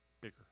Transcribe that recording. bigger